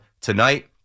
tonight